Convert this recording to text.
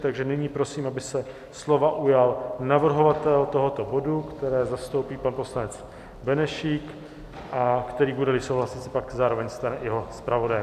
Takže nyní prosím, aby se slova ujal navrhovatel tohoto bodu, které zastoupí pan poslanec Benešík, a který, budeli souhlasit, se pak zároveň stane i jeho zpravodajem.